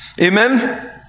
Amen